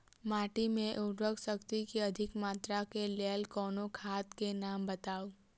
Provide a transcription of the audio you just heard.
माटि मे उर्वरक शक्ति केँ अधिक मात्रा केँ लेल कोनो खाद केँ नाम बताऊ?